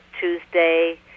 Tuesday